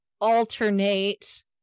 alternate